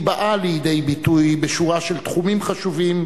והיא באה לידי ביטוי בשורה של תחומים חשובים